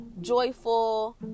joyful